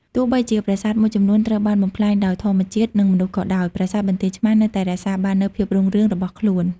ទោះបីជាប្រាសាទមួយចំនួនត្រូវបានបំផ្លាញដោយធម្មជាតិ និងមនុស្សក៏ដោយ ប្រាសាទបន្ទាយឆ្មារនៅតែរក្សាបាននូវភាពរុងរឿងរបស់ខ្លួន។